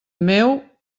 meu